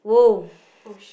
!woah!